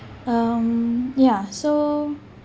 um ya so